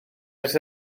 ers